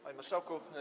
Panie Marszałku!